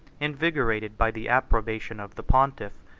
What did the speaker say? invigorated by the approbation of the pontiff,